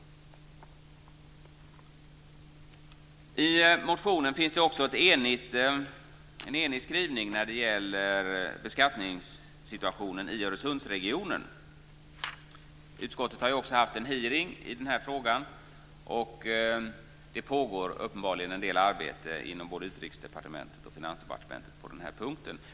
I motionen finns det också en enig skrivning kring beskattningssituationen i Öresundsregionen. Utskottet har också haft en hearing i frågan, och det pågår uppenbarligen en del arbete inom både Finansdepartement och Utrikesdepartementet på den här punkten.